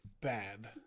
bad